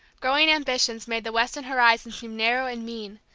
growing ambitions made the weston horizon seem narrow and mean,